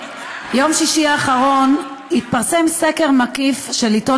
ביום שישי האחרון התפרסם סקר מקיף של עיתון